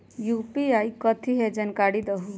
UPI कथी है? जानकारी दहु